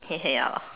ya lah